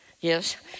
Yes